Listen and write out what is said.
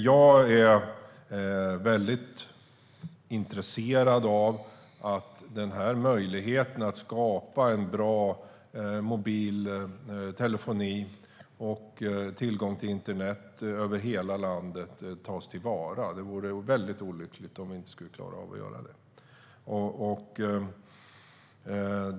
Jag är mycket intresserad av att den här möjligheten att skapa en bra mobil telefoni och tillgång till internet över hela landet tas till vara. Det vore mycket olyckligt om vi inte skulle klara av att göra det.